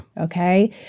Okay